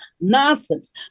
nonsense